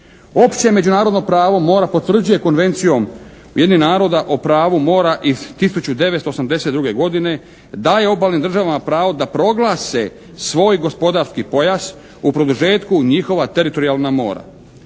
Opće međunarodno pravo mora potvrđuje Konvencijom Ujedinjenih naroda o pravu mora iz 1982. godine, daje obalnim državama pravo da proglase svoj gospodarski pojas u produžetku njihova teritorijalna mora.